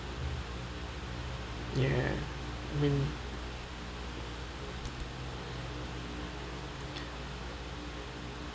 ya I mean